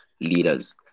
leaders